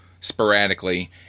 sporadically